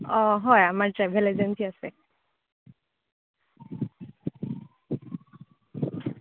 অ' হয় আমাৰ travel agency আছে